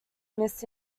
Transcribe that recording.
mrs